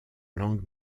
langue